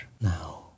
now